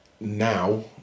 now